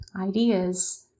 ideas